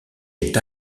est